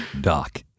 Doc